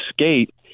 skate